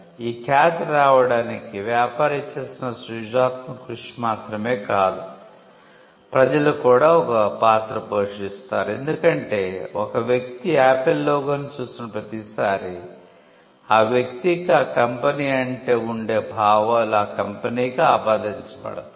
ఈ ఖ్యాతి రావడానికి వ్యాపారి చేసిన సృజనాత్మక కృషి మాత్రమే కాదు ప్రజలు కూడా ఒక పాత్ర పోషిస్తారు ఎందుకంటే ఒక వ్యక్తి ఆపిల్ లోగోను చూసిన ప్రతిసారీ ఆ వ్యక్తికి ఆ కంపెనీ అంటే ఉండే భావాలు ఆ కంపెనీకి ఆపాదించబడతాయి